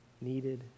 needed